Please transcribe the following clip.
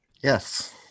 Yes